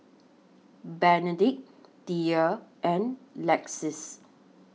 Benedict Thea and Lexis